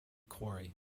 quarry